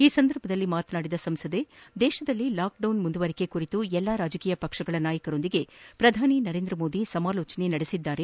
ಈ ಸಂದರ್ಭದಲ್ಲಿ ಮಾತನಾಡಿದ ಸಂಸದೆ ದೇಶದಲ್ಲಿ ಲಾಕ್ಡೌನ್ ಮುಂದುವರಿಕೆ ಕುರಿತು ಎಲ್ಲಾ ರಾಜಕೀಯ ಪಕ್ಷಗಳ ನಾಯಕರೊಂದಿಗೆ ಪ್ರಧಾನಿ ನರೇಂದ್ರಮೋದಿ ಸಮಾಲೋಜನೆ ನಡೆಸಿದ್ದಾರೆ